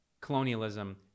colonialism